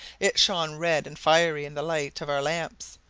it shone red and fiery in the light of our lamps,